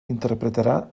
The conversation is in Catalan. interpretarà